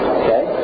okay